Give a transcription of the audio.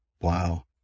wow